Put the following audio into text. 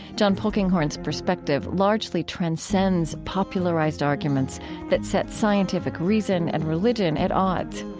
john polkinghorne's perspective largely transcends popularized arguments that set scientific reason and religion at odds.